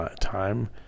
time